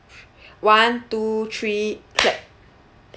one two three clap